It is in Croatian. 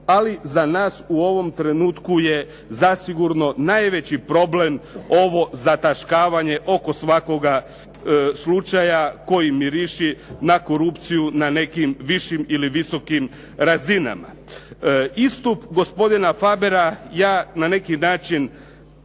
ali za nas u ovom trenutku je zasigurno najveći problem ovo zataškavanje oko svakoga slučaja koji miriši na korupciju na nekim višim ili visokim razinama. Istup gospodina Fabera ja na neki način